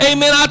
Amen